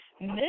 Miss